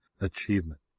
achievement